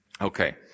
Okay